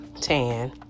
Tan